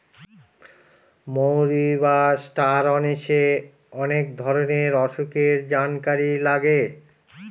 মৌরি বা star anise অনেক ধরনের অসুখের জানকারি লাগে